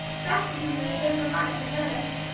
best to do it at a bit of a run if you're nervous.